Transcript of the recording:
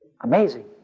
Amazing